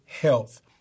health